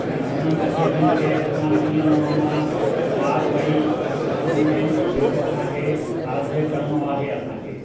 ऐं उन्हनि तकलीफ़ुनि खे असां कीअं हुन मां पार पेई ऐं हुन में जेको असांखे साध्य करिणो आहे असांखे